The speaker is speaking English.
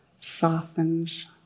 softens